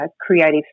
creative